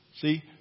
See